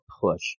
push